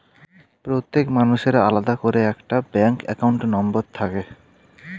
প্রত্যেক মানুষের আলাদা করে একটা ব্যাঙ্ক অ্যাকাউন্ট নম্বর থাকে